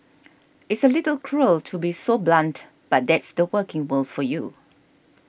it's a little cruel to be so blunt but that's the working world for you